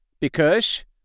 Because